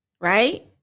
right